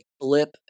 flip